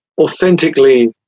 authentically